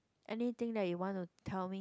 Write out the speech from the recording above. anything that you want to tell me